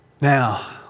Now